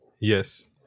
Yes